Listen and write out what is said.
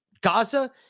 Gaza